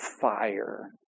fire